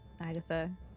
Agatha